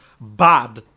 bad